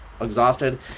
exhausted